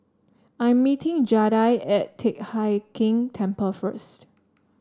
I'm meeting Jaida at Teck Hai Keng Temple first